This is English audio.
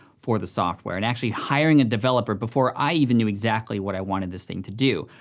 for the software, and actually hiring a developer before i even knew exactly what i wanted this thing to do.